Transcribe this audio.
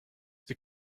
sie